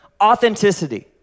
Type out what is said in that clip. Authenticity